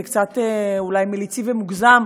זה קצת אולי מליצי ומוגזם,